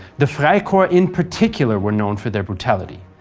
the freikorps in particular were known for their brutality.